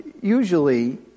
usually